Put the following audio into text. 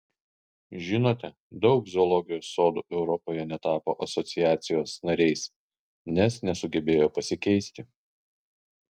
žinote daug zoologijos sodų europoje netapo asociacijos nariais nes nesugebėjo pasikeisti